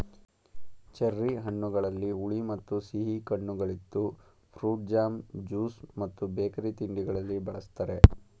cherry ಹಣ್ಣುಗಳಲ್ಲಿ ಹುಳಿ ಮತ್ತು ಸಿಹಿ ಕಣ್ಣುಗಳಿದ್ದು ಫ್ರೂಟ್ ಜಾಮ್, ಜ್ಯೂಸ್ ಮತ್ತು ಬೇಕರಿ ತಿಂಡಿಗಳಲ್ಲಿ ಬಳ್ಸತ್ತರೆ